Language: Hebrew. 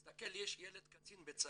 תסתכל, יש לי ילד קצין בצה"ל,